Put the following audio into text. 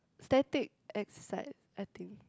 static exercise I think